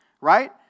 right